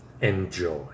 Enjoy